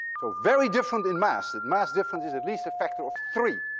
so very different in mass. the mass difference is at least a factor of three.